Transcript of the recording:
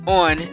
on